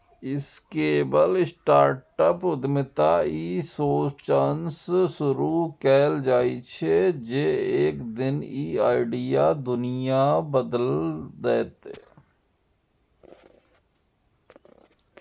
scalable startup उद्यमिता ई सोचसं शुरू कैल जाइ छै, जे एक दिन ई आइडिया दुनिया बदलि देतै